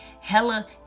hella